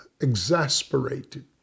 exasperated